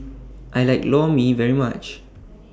I like Lor Mee very much